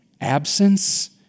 absence